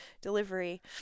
delivery